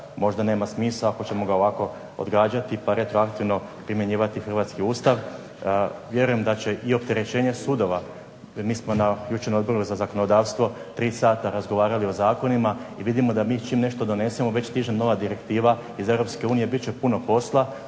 možda nema smisla ako ćemo ga ovako odgađati, pa retroaktivno primjenjivati hrvatski Ustav. Vjerujem da će i opterećenje sudova, mi smo na, jučer na Odboru za zakonodavstvo tri sata razgovarali o zakonima, i vidimo da mi čim nešto donesemo već stiže nova direktiva iz Europske unije, bit će puno posla,